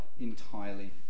entirely